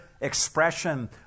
expression